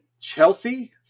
Chelsea